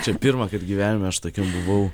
čia pirmąkart gyvenime aš tokiam buvau